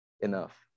enough